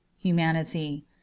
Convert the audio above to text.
Humanity